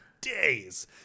days